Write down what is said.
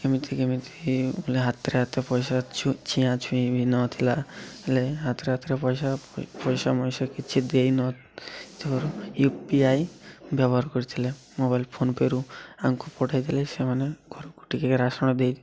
କେମିତି କେମିତି ବୋଲେ ହାତରେ ହାତରେ ପଇସା ଛୁଆଁ ଛୁଇଁ ବି ନଥିଲା ହେଲେ ହାତରେ ହାତରେ ପଇସା ପଇସା ମଇସା କିଛି ଦେଇ ନଥର ୟୁ ପି ଆଇ ବ୍ୟବହାର କରିଥିଲେ ମୋବାଇଲ ଫୋନ ପେ'ରୁ ଆକୁ ପଠାଇ ଦେଇଥିଲେ ସେମାନେ ଘରକୁ ଟିକେ ରାସନ ଦେଇଥିଲେ